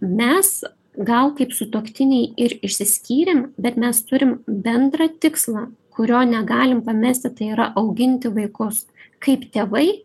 mes gal kaip sutuoktiniai ir išsiskyrėm bet mes turim bendrą tikslą kurio negalim pamesti tai yra auginti vaikus kaip tėvai